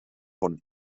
von